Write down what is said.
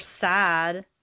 sad